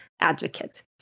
advocate